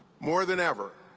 more than ever,